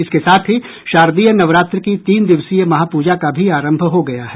इसके साथ ही शारदीय नवरात्र की तीन दिवसीय महापूजा का भी आरंभ हो गया है